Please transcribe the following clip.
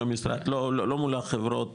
מול המשרד, לא מול החברות?